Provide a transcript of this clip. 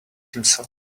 himself